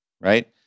right